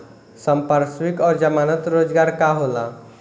संपार्श्विक और जमानत रोजगार का होला?